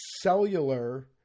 cellular